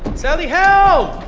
sally, help.